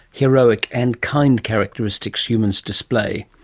heroic and kind characteristics humans display.